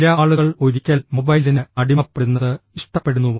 ചില ആളുകൾ ഒരിക്കൽ മൊബൈലിന് അടിമപ്പെടുന്നത് ഇഷ്ടപ്പെടുന്നു